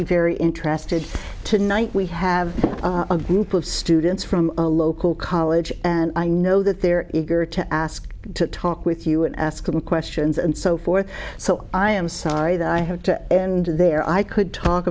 be very interested tonight we have a group of students from a local college and i know that they're eager to ask to talk with you and ask me questions and so forth so i am sorry that i had to end there i could talk